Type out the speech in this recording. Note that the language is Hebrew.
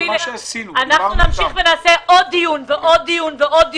אנחנו נמשיך ונעשה עוד דיון ועוד דיון ועוד דיון.